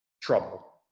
trouble